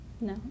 No